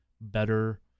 better